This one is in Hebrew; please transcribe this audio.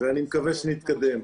אני מקווה שנתקדם.